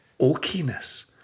oakiness